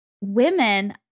women